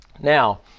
Now